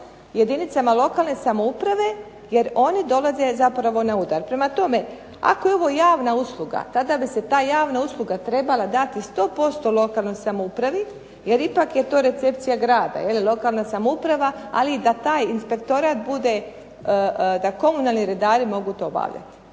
jedinicama lokalne samouprave jer oni dolaze zapravo na udar. Prema tome, ako je ovo javna usluga tada bi se ta javna usluga trebala dati sto posto lokalnoj samoupravi jer ipak je to recepcija grada, je li lokalna samouprava. Ali da taj inspektorat bude, da komunalni redari to mogu obavljati.